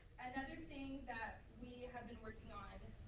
another thing that we have been working on,